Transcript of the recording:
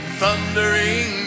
thundering